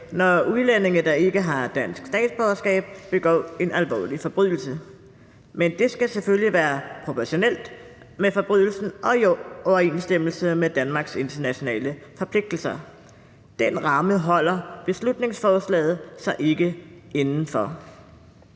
når udlændinge, der ikke har dansk statsborgerskab, begår en alvorlig forbrydelse. Men det skal selvfølgelig være proportionelt med forbrydelsen og i overensstemmelse med Danmarks internationale forpligtelser. Den ramme holder beslutningsforslaget sig ikke inden for.